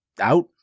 Out